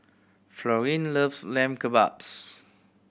Florine loves Lamb Kebabs